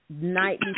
night